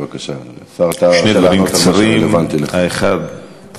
בבקשה, אדוני השר.